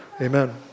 Amen